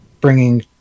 bringing